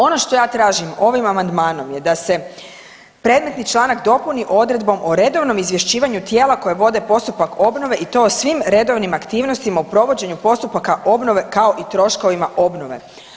Ono što ja tražim ovim amandmanom je da se predmetni članak dopuni odredbom o redovom izvješćivanju tijela koja vode postupak obnove i to o svim redovnim aktivnostima u provođenju postupaka obnove kao i troškovima obnove.